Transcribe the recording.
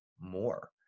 more